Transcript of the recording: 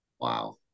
Wow